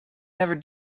never